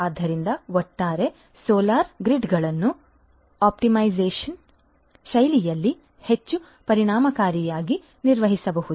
ಆದ್ದರಿಂದ ಒಟ್ಟಾರೆ ಸೋಲಾರ್ ಗ್ರಿಡ್ಗಳನ್ನು ಆಪ್ಟಿಮೈಸ್ಡ್ ಶೈಲಿಯಲ್ಲಿ ಹೆಚ್ಚು ಪರಿಣಾಮಕಾರಿಯಾಗಿ ನಿರ್ವಹಿಸಬಹುದು